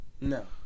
No